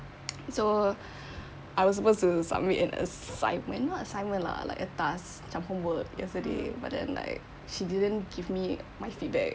so I was supposed to submit an assignment not assignment lah like a task macam homework yesterday but then like she didn't give me my feedback sought